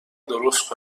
درست